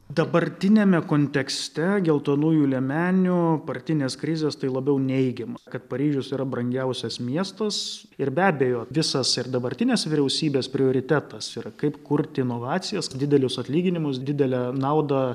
dabartiniame kontekste geltonųjų liemenių partinės krizės tai labiau neigiama kad paryžius yra brangiausias miestas ir be abejo visas ir dabartinės vyriausybės prioritetas yra kaip kurti inovacijas didelius atlyginimus didelę naudą